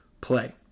play